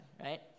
Right